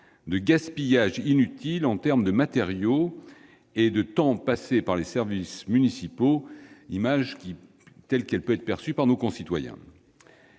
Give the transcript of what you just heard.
de gaspillage inutile en termes de matériaux et de temps passé par les services municipaux, telle qu'elle peut être perçue par nos concitoyens.